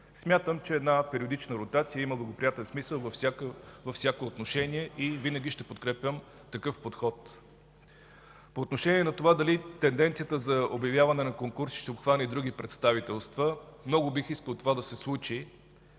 Смятам, че една периодична ротация има благоприятен смисъл във всяко отношение и винаги ще подкрепям такъв подход. По отношение на това дали тенденцията за обявяване на конкурси ще обхване и други представителства, много бих искал това да се случи.